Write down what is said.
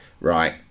right